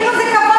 כאילו זה כבוד,